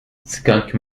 cyganki